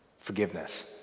Forgiveness